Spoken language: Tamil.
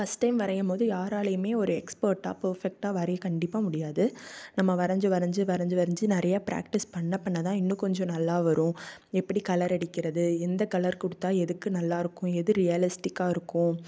ஃபர்ஸ்ட் டைம் வரையும் போது யாராலையுமே ஒரு எக்ஸ்பெர்ட்டாக பர்ஃபெக்டாக வரைய கண்டிப்பாக முடியாது நம்ம வரைஞ்சி வரைஞ்சி வரைஞ்சி வரைஞ்சி நிறையா பிராக்டீஸ் பண்ண பண்ண தான் இன்னு கொஞ்சம் நல்லா வரும் எப்படி கலர் அடிக்கிறது எந்த கலர் கொடுத்தா எதுக்கு நல்லாஇருக்கும் எது ரியாலிஸ்டிக்காக இருக்கும்